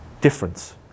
Difference